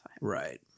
right